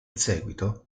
seguito